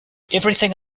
everything